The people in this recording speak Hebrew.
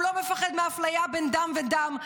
הוא לא מפחד מאפליה בין דם ודם,